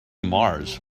mars